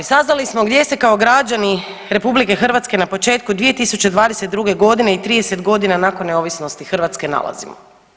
Saznali smo gdje se kao građani RH na početku 2022. godine i 30 godine nakon neovisnosti Hrvatske nalazimo.